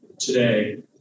today